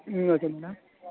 okay madam